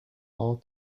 all